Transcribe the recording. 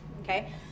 Okay